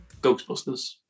Ghostbusters